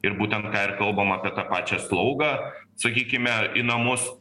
ir būnent ką ir kalbam apie tą pačią slaugą sakykime į namus